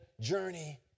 journey